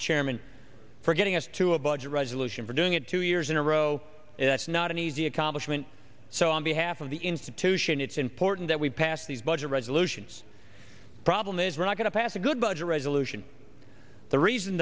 the chairman for getting us to a budget resolution for doing it two years in a row that's not an easy accomplishment so on behalf of the institution it's important that we pass these budget resolutions problem is we're not going to pass a good budget resolution the reason